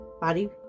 body